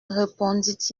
répondit